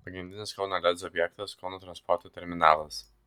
pagrindinis kauno lez objektas kauno transporto terminalas